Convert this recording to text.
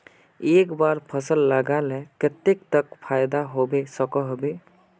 एक बार फसल लगाले कतेक तक फायदा होबे सकोहो होबे?